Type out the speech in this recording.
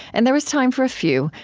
and there was time for a few,